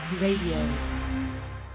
Radio